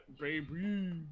baby